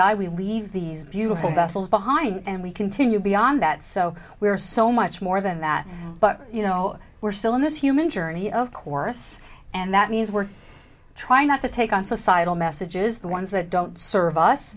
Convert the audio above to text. die we leave these beautiful vessels behind and we continue beyond that so we are so much more than that but you know we're still in this human journey of chorus and that means we're trying not to take on societal messages the ones that don't serve us